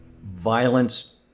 Violence